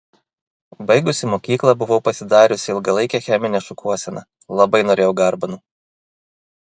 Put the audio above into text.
baigusi mokyklą buvau pasidariusi ilgalaikę cheminę šukuoseną labai norėjau garbanų